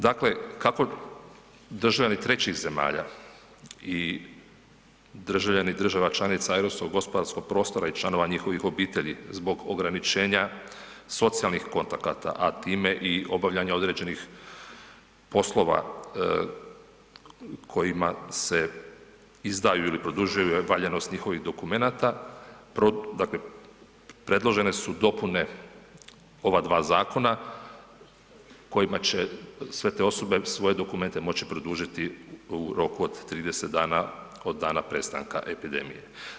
Dakle, kako državljani trećih zemalja i državljani država članica europskog gospodarskog prostora i članova njihovih obitelji zbog ograničenja socijalnih kontakata a time i obavljanja određenih poslova u kojima se izdaju ili produžuju valjanost njihovih dokumenata, dakle predložene su dopune ova dva zakona kojima će sve te osobe svoje dokumente moći produžiti u roku od 30 dana od dana prestanka epidemije.